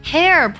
Hair